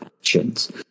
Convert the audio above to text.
actions